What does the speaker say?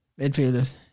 midfielders